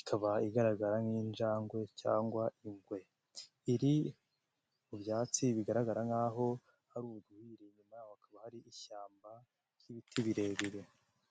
Ikaba igaragara nk'injangwe cyangwa ingwe. Iri mu byatsi bigaragara nkaho hari urwiri. Inyuma yaho hakaba hari ishyamba ry'ibiti birebire.